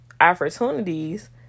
opportunities